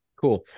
cool